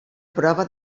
prova